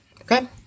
Okay